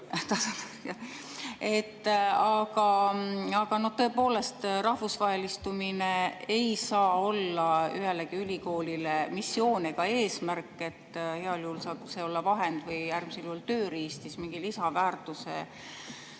Aga tõepoolest, rahvusvahelistumine ei saa olla ühegi ülikooli missioon ega eesmärk, heal juhul saab see olla vahend või äärmisel juhul tööriist mingi lisaväärtuse